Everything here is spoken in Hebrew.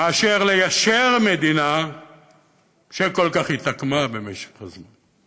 מאשר ליישר מדינה שכל כך התעקמה במשך הזמן,